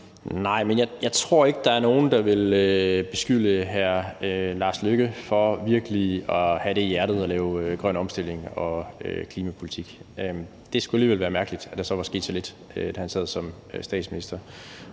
Nej, men jeg tror ikke, der er nogen, der vil beskylde hr. Lars Løkke Rasmussen for virkelig at have det i hjertet at lave grøn omstilling og klimapolitik. Det skulle alligevel være mærkeligt, når der så skete så lidt, da han sad som statsminister.